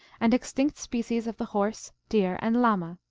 and extinct species of the horse, deer, and llama.